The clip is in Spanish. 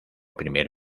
primer